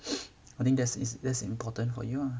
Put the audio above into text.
I think that's is that's important for you lah